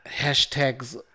hashtags